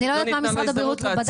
אני לא יודעת מה משרד הבריאות בדק,